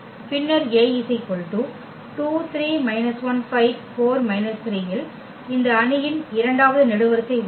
பின்னர் A இல் இந்த அணியின் இரண்டாவது நெடுவரிசை உள்ளது